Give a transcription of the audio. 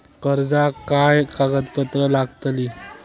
कर्जाक काय कागदपत्र लागतली?